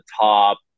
top